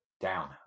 down